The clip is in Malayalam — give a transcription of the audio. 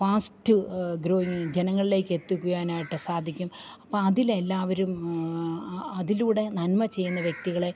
ഫാസ്റ്റ് ഗ്രോയിങ് ജനങ്ങളിലേക്ക് എത്തിക്കുവാനായിട്ട് സാധിക്കും അപ്പം അതിലെല്ലാവരും അതിലൂടെ നന്മ ചെയ്യുന്ന വ്യക്തികളെ